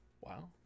Wow